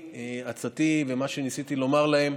הצעתי היא ומה שניסיתי לומר להם: